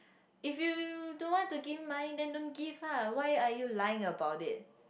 if you don't want to give money then don't give lah why are you lying about it